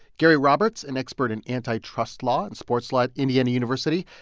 gary roberts, an expert in antitrust law and sports law at indiana university,